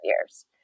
years